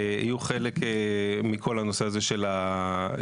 יהיו חלק מכל הנושא הזה של החוק.